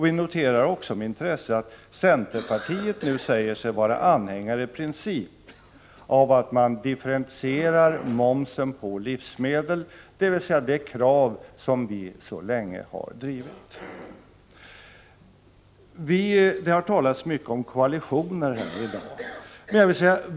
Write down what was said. Vi noterar också med intresse att centerpartiet nu säger sig vara anhängare i princip av en differentierad moms på livsmedel, dvs. det krav som vi så länge har drivit. Det har talats mycket om koalitioner i dag.